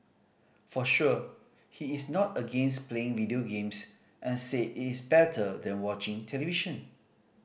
for sure he is not against playing video games and said it is better than watching television